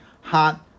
hot